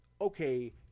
okay